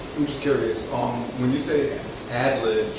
i'm just curious, um when you say ad-lib,